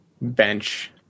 bench